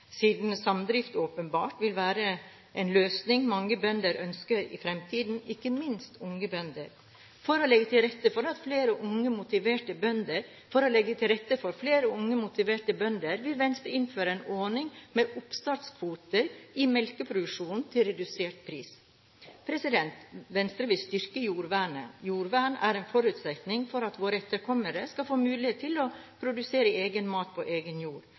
siden samdrift åpenbart vil være en løsning mange bønder ønsker i framtiden, ikke minst unge bønder. For å legge til rette for flere unge motiverte bønder vil Venstre innføre en ordning med oppstartskvoter i melkeproduksjon til redusert pris. Venstre vil styrke jordvernet. Jordvern er en forutsetning for at våre etterkommere skal få muligheten til å produsere egen mat på egen jord